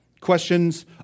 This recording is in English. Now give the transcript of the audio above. Questions